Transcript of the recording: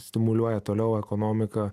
stimuliuoja toliau ekonomiką